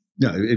no